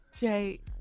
Jay